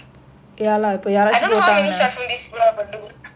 I don't know how many short film this